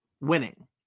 winning